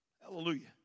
Hallelujah